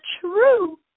true